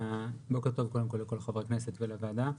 בוקר טוב קודם כל לכל חברי הכנסת ולוועדה.